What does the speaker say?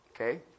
Okay